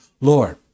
Lord